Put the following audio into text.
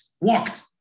walked